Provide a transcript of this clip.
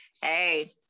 Hey